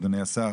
אדוני השר,